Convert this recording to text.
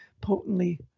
potently